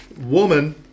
Woman